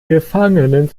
gefangenen